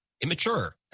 immature